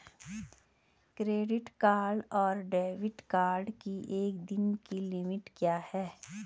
Credit card और debit card की एक दिन की लिमिट क्या है?